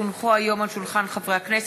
כי הונחו היום על שולחן הכנסת,